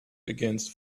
against